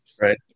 Right